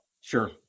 Sure